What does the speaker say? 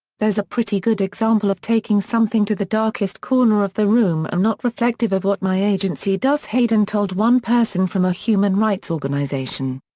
a pretty good example of taking something to the darkest corner of the room and not reflective of what my agency does hayden told one person from a human rights organization.